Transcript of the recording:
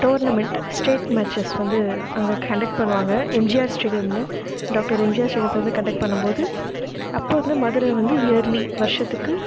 tournament state matches வந்து அங்கே conduct பண்ணுவாங்க எம்ஜிஆர் ஸ்டேடியமில் டாக்டர் எம்ஜிஆர் ஸ்டேடியமில் வந்து கன்டக்ட் பண்ணும்போது அப்போது இருந்த மதுரை வந்து இயர்லி வர்ஷத்துக்கு